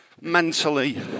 mentally